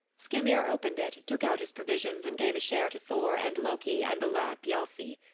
skyrmir opened it, took out his provisions, and gave a share to thor and loki and the lad thialfi.